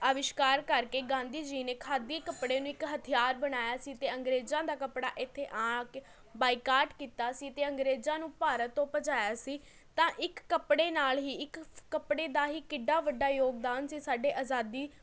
ਆਵਿਸ਼ਕਾਰ ਕਰਕੇ ਗਾਂਧੀ ਜੀ ਨੇ ਖਾਦੀ ਕੱਪੜੇ ਨੂੰ ਇੱਕ ਹਥਿਆਰ ਬਣਾਇਆ ਸੀ ਅਤੇ ਅੰਗਰੇਜ਼ਾਂ ਦਾ ਕੱਪੜਾ ਇੱਥੇ ਆ ਕੇ ਬਾਈਕਾਟ ਕੀਤਾ ਸੀ ਅਤੇ ਅੰਗਰੇਜ਼ਾਂ ਨੂੰ ਭਾਰਤ ਤੋਂ ਭਜਾਇਆ ਸੀ ਤਾਂ ਇੱਕ ਕੱਪੜੇ ਨਾਲ਼ ਹੀ ਇੱਕ ਕੱਪੜੇ ਦਾ ਹੀ ਕਿੱਡਾ ਵੱਡਾ ਯੋਗਦਾਨ ਸੀ ਸਾਡੇ ਆਜ਼ਾਦੀ